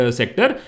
sector